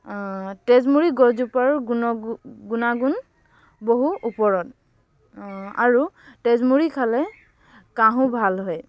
তেজমূৰি গছজোপাৰো গুণ গুণাগুণ বহু ওপৰত আৰু তেজমূৰি খালে কাহো ভাল হয়